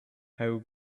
how